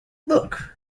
look